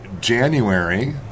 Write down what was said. January